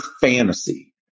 fantasy